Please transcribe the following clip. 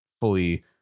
fully